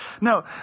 No